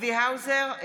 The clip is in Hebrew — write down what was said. צבי האוזר,